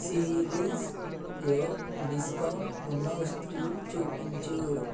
సిరీల్స్లో discount ఉన్న వస్తువులు చూపించు